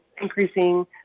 increasing